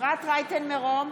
אפרת רייטן מרום,